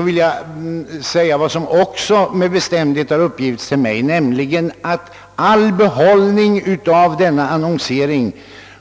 Det har, herr talman, med bestämdhet uppgivits till mig, att all behållning av denna annonsering